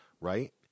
Right